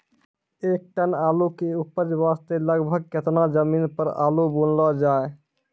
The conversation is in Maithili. एक टन आलू के उपज वास्ते लगभग केतना जमीन पर आलू बुनलो जाय?